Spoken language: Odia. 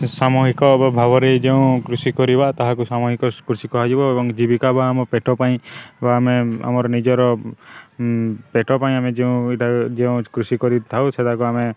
ସାମୁହିକ ବା ଭାବରେ ଯେଉଁ କୃଷି କରିବା ତାହାକୁ ସାମୂହିକ କୃଷି କୁହାଯିବ ଏବଂ ଜୀବିକା ବା ଆମ ପେଟ ପାଇଁ ବା ଆମେ ଆମର ନିଜର ପେଟ ପାଇଁ ଆମେ ଯେଉଁ ଏଇଟା ଯେଉଁ କୃଷି କରିଥାଉ ସେଇଟାକୁ ଆମେ